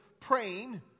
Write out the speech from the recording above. praying